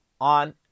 on